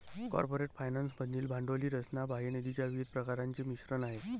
corporate finance मधील भांडवली रचना बाह्य निधीच्या विविध प्रकारांचे मिश्रण आहे